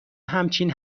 همچین